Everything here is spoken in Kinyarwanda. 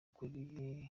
kuri